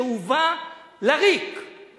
שהובא לריק,